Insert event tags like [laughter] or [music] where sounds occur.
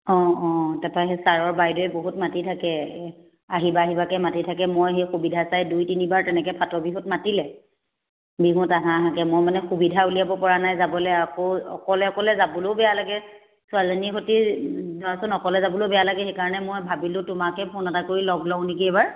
অঁ অঁ তাৰ পৰা সেই ছাৰৰ বাইদেৱে বহুত মাতি থাকে আহিব আহিবাকে মাতি থাকে মই সেই সুবিধা চাই দুই তিনিবাৰ তেনেকে ফাটৰ বিহুত মাতিলে বিহুত আহা আহাকে মই মানে সুবিধা উলিয়াব পৰা নাই যাবলৈ আকৌ অকলে অকলে যাবলৈও বেয়া লাগে ছোৱালজনীৰ সৈতি [unintelligible] ধৰাচোন অকলে যাবলৈও বেয়া লাগে সেইকাৰণে মই ভাবিলোঁ তোমাকে ফোন এটা কৰি লগ লওঁ নেকি এবাৰ